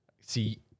See